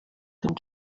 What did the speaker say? dem